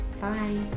Bye